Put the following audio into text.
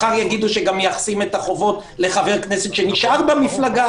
מחר יגידו שגם מייחסים את החובות לחבר כנסת שנשאר במפלגה.